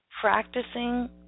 Practicing